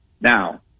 Now